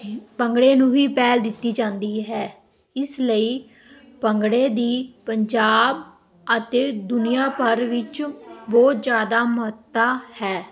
ਭੰਗੜੇ ਨੂੰ ਵੀ ਪਹਿਲ ਦਿੱਤੀ ਜਾਂਦੀ ਹੈ ਇਸ ਲਈ ਭੰਗੜੇ ਦੀ ਪੰਜਾਬ ਅਤੇ ਦੁਨੀਆਂ ਭਰ ਵਿੱਚ ਬਹੁਤ ਜ਼ਿਆਦਾ ਮਹੱਤਤਾ ਹੈ